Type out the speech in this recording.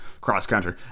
cross-country